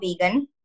vegan